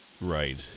Right